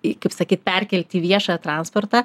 kaip sakyt perkelti į viešą transportą